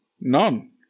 None